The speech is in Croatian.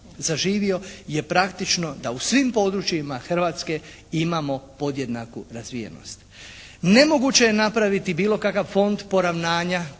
zaživio je praktično da u svim područjima Hrvatske imamo podjednaku razvijenost. Nemoguće je napraviti bilo kakav fond poravnanja